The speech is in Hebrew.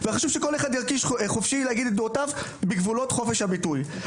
וחשוב שכל אחד ירגיש חופשי להגיד את דעותיו בגבולות חופש הביטוי.